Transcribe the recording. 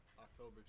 October